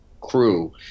crew